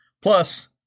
Plus